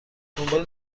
دنبال